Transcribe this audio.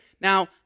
Now